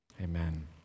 Amen